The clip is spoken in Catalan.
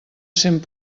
cent